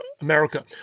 America